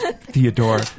Theodore